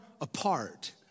apart